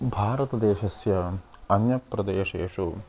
भारतदेशस्य अन्यप्रदेशेषु